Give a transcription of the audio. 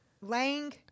Lang